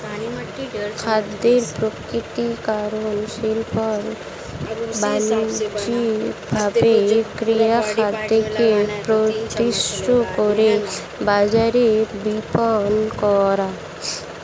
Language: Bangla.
খাদ্যপ্রক্রিয়াকরণ শিল্প হল বানিজ্যিকভাবে কৃষিখাদ্যকে প্রস্তুত করে বাজারে বিপণন করা